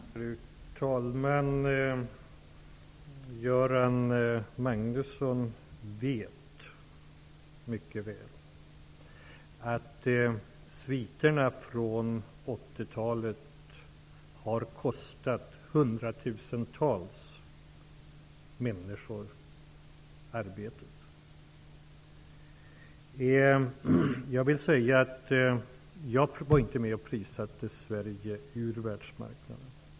Fru talman! Göran Magnusson vet mycket väl att sviterna från 1980-talet har kostat hundratusentals människor deras arbete. Jag vill säga att jag inte var med om att prissätta Sverige ur världsmarknaden.